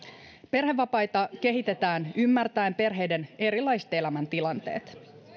perhevapaita kehitetään ymmärtäen perheiden erilaiset elämäntilanteet